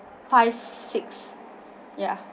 five six